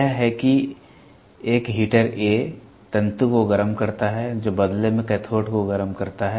यह है कि एक हीटर ए तंतु को गर्म करता है जो बदले में कैथोड को गर्म करता है